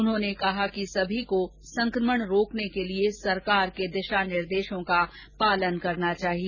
उन्होंने कहा कि सभी को संक्रमण रोकने के लिए सरकार के दिशा निर्देशों का पालन करना चाहिए